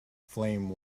flame